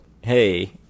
hey